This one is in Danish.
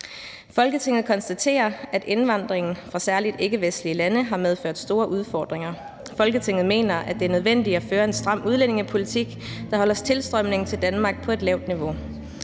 »Folketinget konstaterer, at indvandringen fra særlig ikkevestlige lande har medført store udfordringer. Folketinget mener, at det er nødvendigt at føre en stram udlændingepolitik, der holder tilstrømningen til Danmark på et lavt niveau.